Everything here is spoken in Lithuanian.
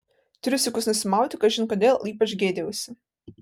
triusikus nusimauti kažin kodėl ypač gėdijausi